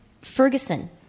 Ferguson